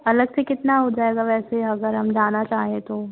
अलग से कितना हो जाएगा वैसे अगर हम जाना चाहें तो